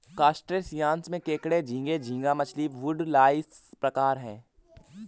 crustaceans में केकड़े झींगे, झींगा मछली, वुडलाइस प्रकार है